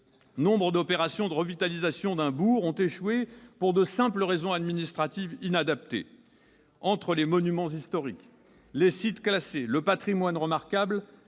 Nombre d'opérations de revitalisation d'un bourg ont échoué pour de simples raisons administratives inadaptées. Entre les monuments historiques, les sites classés, le patrimoine remarquable,